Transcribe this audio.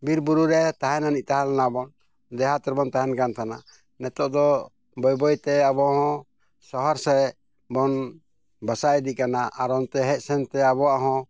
ᱵᱤᱨ ᱵᱩᱨᱩᱨᱮ ᱛᱟᱦᱮᱱᱟ ᱛᱟᱦᱮᱸ ᱞᱮᱱᱟᱵᱚᱱ ᱫᱮᱦᱟᱛ ᱨᱮᱵᱚᱱ ᱛᱟᱦᱮᱱ ᱠᱟᱱ ᱛᱟᱦᱮᱱᱟ ᱱᱤᱛᱳᱜ ᱫᱚ ᱵᱟᱹᱭ ᱵᱟᱹᱭᱛᱮ ᱟᱵᱚᱦᱚᱸ ᱥᱚᱦᱚᱨ ᱥᱮᱫᱵᱚᱱ ᱵᱟᱥᱟ ᱤᱫᱤᱜ ᱠᱟᱱᱟ ᱟᱨ ᱚᱱᱛᱮ ᱦᱮᱡ ᱥᱮᱱᱛᱮ ᱟᱵᱚᱣᱟᱜ ᱦᱚᱸ